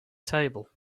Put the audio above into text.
table